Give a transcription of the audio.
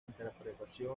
interpretación